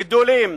גדולים,